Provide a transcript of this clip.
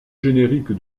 générique